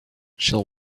shall